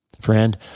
friend